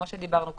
כמו שדיברנו קודם,